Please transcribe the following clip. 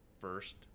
first